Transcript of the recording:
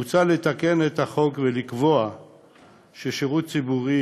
מוצע לתקן את החוק ולקבוע ששירות ציבורי